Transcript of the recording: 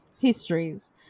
histories